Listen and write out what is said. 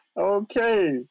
Okay